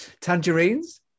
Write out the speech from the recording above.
Tangerines